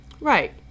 Right